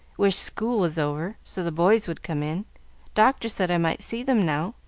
wish school was over, so the boys would come in doctor said i might see them now.